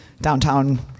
Downtown